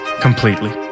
completely